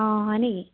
অঁ হয় নেকি